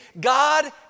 God